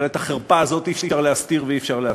אבל את החרפה הזאת אי-אפשר להסתיר ואי-אפשר להסוות.